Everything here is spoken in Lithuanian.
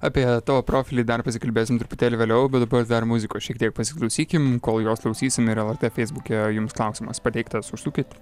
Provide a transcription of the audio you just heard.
apie tavo profilį dar pasikalbėsim truputėlį vėliau bet dabar dar muzikos šiek tiek pasiklausykim kol jos klausysim ir lrt feisbuke jums klausimas pateiktas užsukit